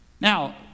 Now